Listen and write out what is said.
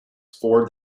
for